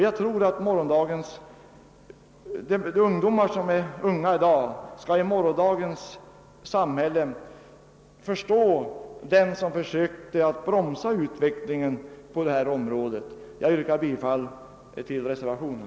Jag tror att de som i dag är unga i morgondagens samhälle kommer att förstå den som försökte bromsa utvecklingen på detta område. Jag yrkar bifall till reservationen.